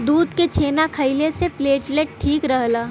दूध के छेना खइले से प्लेटलेट ठीक रहला